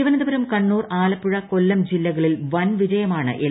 തിരുവനന്തപുരം കണ്ണൂർ ആല്പ്പുഴ്ചൂകൊല്ലം ജില്ലകളിൽ വൻവിജയമാണ് എൽ